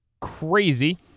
crazy